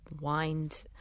wind